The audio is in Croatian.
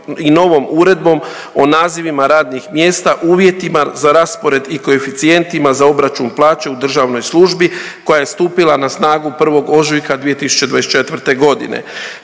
i novom Uredbom o nazivima radnih mjesta, uvjetima za raspored i koeficijentima za obračun plaća u državnoj službi koja je stupila na snagu 1. ožujka 2024.g..